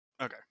Okay